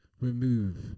remove